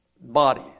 body